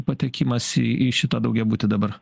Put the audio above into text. patekimas į į šitą daugiabutį dabar